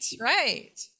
right